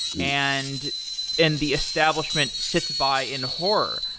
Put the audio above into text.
and and the establishment sits by in horror.